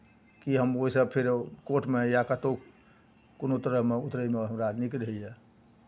कि हम ओहिसँ फेरो कोर्टमे या कतहु कोनो तरहमे उतरयमे हमरा नीक रहैए